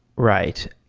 right.